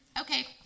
Okay